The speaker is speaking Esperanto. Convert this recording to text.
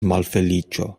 malfeliĉo